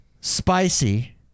spicy